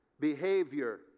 behavior